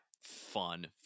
fun